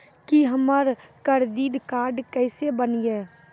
की हमर credit card केसे बनिये?